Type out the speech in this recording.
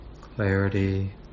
clarity